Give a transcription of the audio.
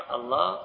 Allah